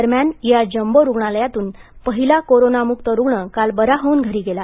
दरम्यांन या जम्बो रुग्णालयातून पहिला कोरोनामुक्त रुग्ण काल बरा होऊन घरी गेला